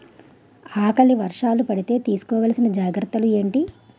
ఆకలి వర్షాలు పడితే తీస్కో వలసిన జాగ్రత్తలు ఏంటి?